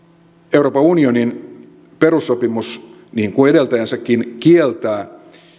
euroopan unionin perussopimukset niin kuin edeltäjänsäkin kieltävät